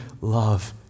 love